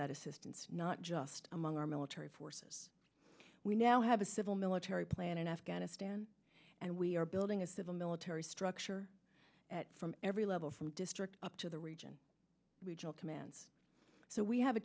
that assistance not just among our military forces we now have a civil military plan in afghanistan and we are building a civil military structure from every level from district up to the region regional command so we have a